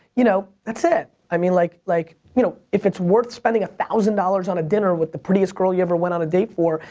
you know, that's it. i mean, like like you know if it's worth spending one thousand dollars on a dinner with the prettiest girl you ever went on a date for,